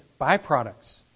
byproducts